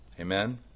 Amen